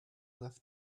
left